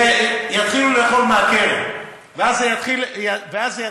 יתחילו לאכול מהקרן, ואז זה יתחיל לרדת.